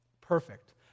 Perfect